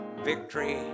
victory